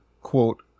quote